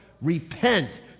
Repent